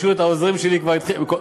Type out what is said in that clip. פשוט העוזרים שלי כבר התחילו,